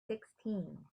sixteen